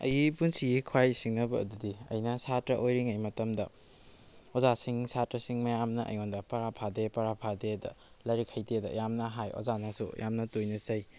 ꯑꯩꯒꯤ ꯄꯨꯟꯁꯤꯒꯤ ꯈ꯭ꯋꯥꯏ ꯁꯤꯡꯅꯕ ꯑꯗꯨꯗꯤ ꯑꯩꯅ ꯁꯥꯇ꯭꯭ꯔ ꯑꯣꯏꯔꯤꯉꯩ ꯃꯇꯝꯗ ꯑꯣꯖꯥꯁꯤꯡ ꯁꯥꯇ꯭꯭ꯔꯁꯤꯡ ꯃꯌꯥꯝꯅ ꯑꯩꯉꯣꯟꯗ ꯄꯔꯥ ꯐꯥꯗꯦ ꯄꯔꯥ ꯐꯥꯗꯦꯇ ꯂꯥꯏꯔꯤꯛ ꯍꯩꯇꯦꯇ ꯌꯥꯝꯅ ꯍꯥꯏ ꯑꯣꯖꯥꯅꯁꯨ ꯌꯥꯝꯅ ꯇꯣꯏꯅ ꯆꯩ